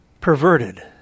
perverted